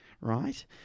right